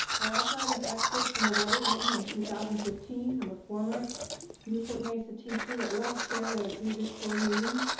i also have an excerpt from a letter written in two thousand and fifteen from a former newport mesa teacher, that was shared at a previous board meeting,